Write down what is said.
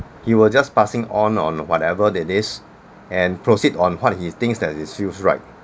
he will just passing on on whatever that is and proceed on what he thinks that he feels right